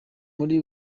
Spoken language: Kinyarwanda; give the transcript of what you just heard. muri